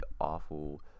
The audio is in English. awful